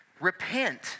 repent